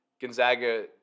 Gonzaga